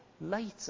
later